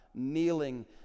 kneeling